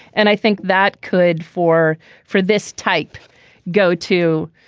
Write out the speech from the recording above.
and i think that could for for this type go to.